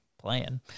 playing